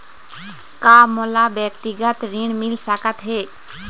का मोला व्यक्तिगत ऋण मिल सकत हे?